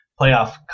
playoff